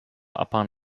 upon